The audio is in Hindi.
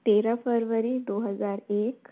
तेरह फरवरी दो हज़ार एक